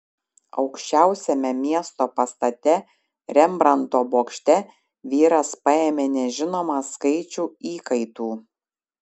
aukščiausiame miesto pastate rembrandto bokšte vyras paėmė nežinomą skaičių įkaitų